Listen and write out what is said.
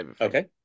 okay